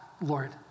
Lord